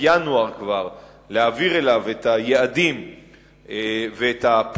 ינואר יעבירו אליו את היעדים והפעולות,